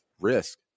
risk